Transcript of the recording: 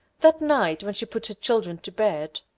that night, when she put her children to bed,